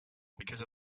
because